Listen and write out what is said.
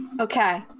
Okay